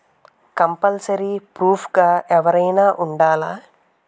Compulsory proof గా ఎవరైనా ఉండాలా?